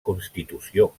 constitució